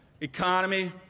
Economy